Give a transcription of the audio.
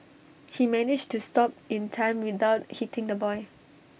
he managed to stop in time without hitting the boy